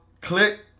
click